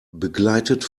begleitet